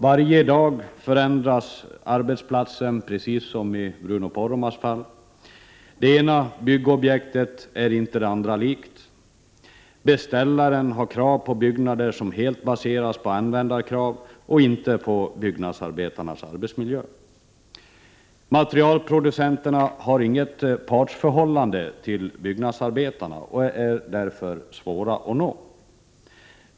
Varje dag förändras arbetsplatsen, precis som i det fall Bruno Poromaa talade om. Det ena byggobjektet är inte det andra likt. Beställaren har krav på byggnader som helt baseras på användarkrav och inte på byggnadsarbetarnas arbetsmiljö. Materialproducenterna har inget partsförhållande till byggnadsarbetarna och är därför svåra att nå.